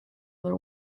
other